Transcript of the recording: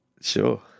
Sure